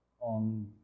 on